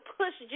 push